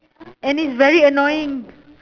and is very annoying